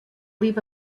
leave